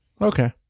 okay